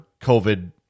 COVID